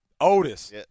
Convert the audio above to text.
Otis